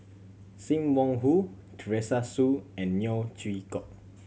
Sim Wong Hoo Teresa Hsu and Neo Chwee Kok